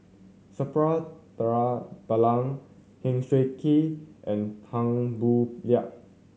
Suppiah Dhanabalan Heng Swee Keat and Tan Boo Liat